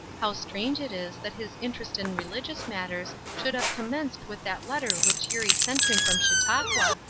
how strange it is that his interest in religious matters should have commenced with that letter which eurie sent him from chautauqua,